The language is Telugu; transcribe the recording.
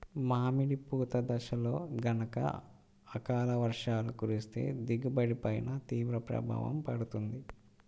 మామిడి పూత దశలో గనక అకాల వర్షాలు కురిస్తే దిగుబడి పైన తీవ్ర ప్రభావం పడుతుంది